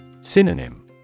Synonym